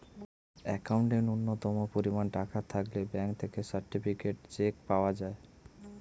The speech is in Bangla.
অ্যাকাউন্টে ন্যূনতম পরিমাণ টাকা থাকলে ব্যাঙ্ক থেকে সার্টিফায়েড চেক পাওয়া যায়